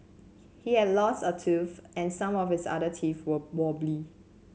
he had lost a tooth and some of his other teeth were wobbly